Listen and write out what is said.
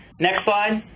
next slide.